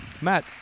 Matt